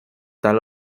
tal